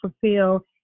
fulfill